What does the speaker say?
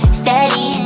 steady